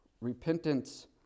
repentance